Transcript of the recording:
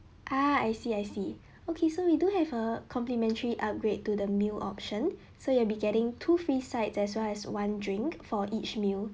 ah I see I see okay so we do have a complimentary upgrade to the meal option so you'll be getting two free side as well as one drink for each meal